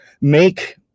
make